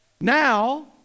Now